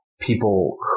people